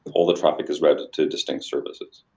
all the traffic is read to distinct services.